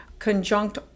conjunct